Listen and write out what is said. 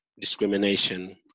discrimination